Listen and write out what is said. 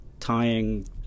Tying